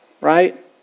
Right